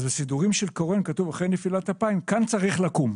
בסידורים כתוב אחרי נפילת אפיים, כאן צריך לקום.